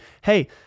hey